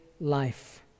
life